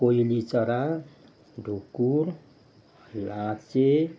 कोइली चरा ढुकुर लाहाँचे